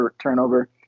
turnover